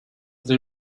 they